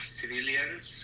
civilians